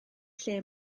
lle